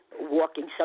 walking